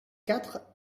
quatre